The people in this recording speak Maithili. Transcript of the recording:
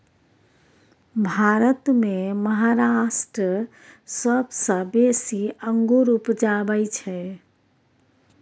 भारत मे महाराष्ट्र सबसँ बेसी अंगुर उपजाबै छै